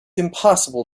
impossible